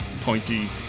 pointy